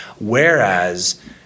Whereas